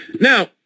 Now